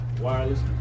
wireless